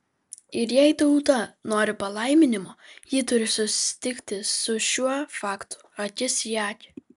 ir jei tauta nori palaiminimo ji turi susitikti su šiuo faktu akis į akį